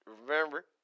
Remember